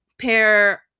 pair